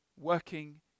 working